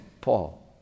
Paul